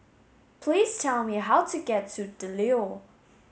please tell me how to get to The Leo